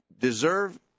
deserve